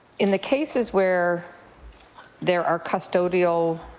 in the cases where there are custodial